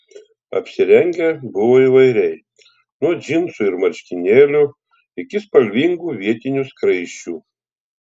apsirengę buvo įvairiai nuo džinsų ir marškinėlių iki spalvingų vietinių skraisčių